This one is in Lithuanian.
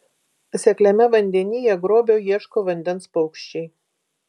sekliame vandenyje grobio ieško vandens paukščiai